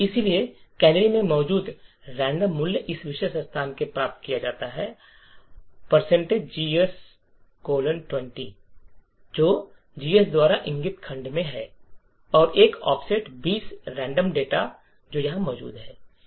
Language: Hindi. इसलिए कैनरी में मौजूद रेंडम मूल्य इस विशेष स्थान से प्राप्त किया जाता है gs20 जो जीएस द्वारा इंगित खंड में है और एक ऑफसेट 20 रेंडम डेटा जो यहां मौजूद है